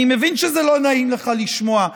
אני מבין שלא נעים לך לשמוע,